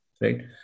right